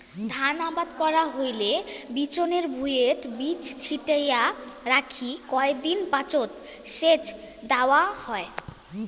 ধান আবাদ করা হইলে বিচনের ভুঁইটে বীচি ছিটিয়া রাখি কয় দিন পাচত সেচ দ্যাওয়া হয়